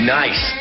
nice